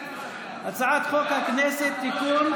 חוק הכנסת (תיקון,